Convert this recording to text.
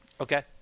Okay